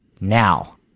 Now